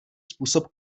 způsob